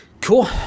cool